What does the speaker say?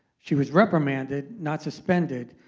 she was reprimanded. not suspended.